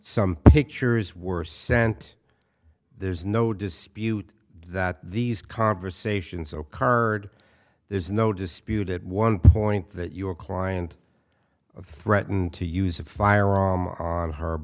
some pictures were sent there's no dispute that these conversations ocurred there's no dispute at one point that your client threatened to use a firearm on her